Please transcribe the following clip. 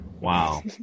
Wow